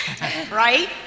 Right